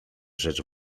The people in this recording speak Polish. rzecz